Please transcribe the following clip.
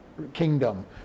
kingdom